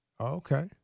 okay